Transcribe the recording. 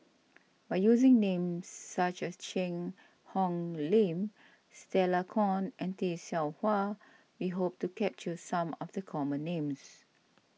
by using names such as Cheang Hong Lim Stella Kon and Tay Seow Huah we hope to capture some of the common names